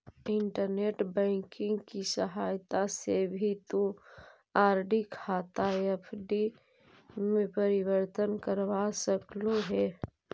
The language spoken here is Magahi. इंटरनेट बैंकिंग की सहायता से भी तु आर.डी खाता एफ.डी में परिवर्तित करवा सकलू हे